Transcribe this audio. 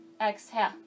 Exhale